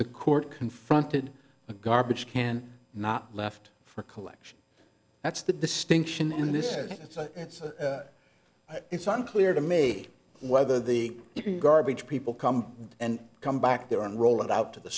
the court confronted the garbage can not left for collection that's the distinction in this said it's unclear to me whether the garbage people come and come back there and rolled it out to the